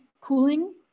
cooling